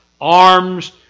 arms